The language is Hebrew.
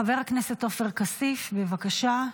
חבר הכנסת עופר כסיף, בבקשה.